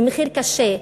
ומחיר קשה,